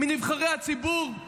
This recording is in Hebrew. מנבחרי הציבורי,